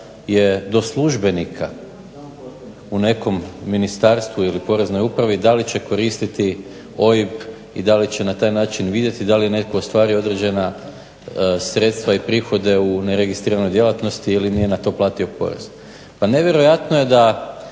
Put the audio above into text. je do službenika u nekom ministarstvu ili poreznoj upravi da li će koristiti OIB i da li će na taj način vidjeti da li je netko ostvario određena sredstva i prihode u neregistriranoj djelatnosti ili nije na to platio porez. Pa nevjerojatno je da